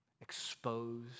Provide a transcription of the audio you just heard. exposed